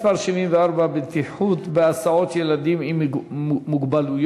מס' 74: בטיחות בהסעות ילדים עם מוגבלות.